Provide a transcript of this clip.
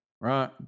right